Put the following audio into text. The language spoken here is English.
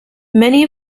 many